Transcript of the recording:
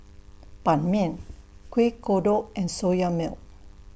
Ban Mian Kueh Kodok and Soya Milk